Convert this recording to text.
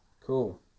Cool